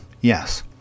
Yes